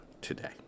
today